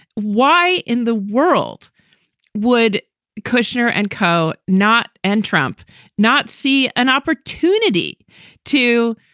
why in the world would kushner and co. not and trump not see an opportunity to,